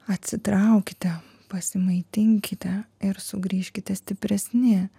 atsitraukite pasimaitinkite ir sugrįžkite stipresni